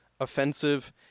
offensive